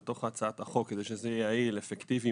כדי שזה יהיה תהליך יעיל, אפקטיבי